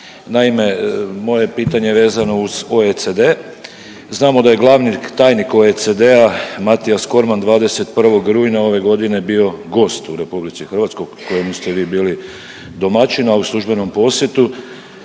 Naime, moje je pitanje vezano uz OECD. Znamo da je glavni tajnik OECD-a Mathias Cormann 21. rujna ove godine bio gost u Republici Hrvatskoj kojemu ste vi bili domaćin a u službenom posjetu